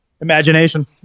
Imagination